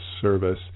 service